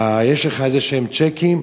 יש לך איזשהם צ'קים,